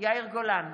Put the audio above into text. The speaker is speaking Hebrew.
יאיר גולן,